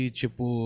tipo